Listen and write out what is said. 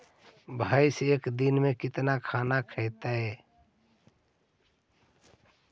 भैंस एक दिन में केतना खाना खैतई?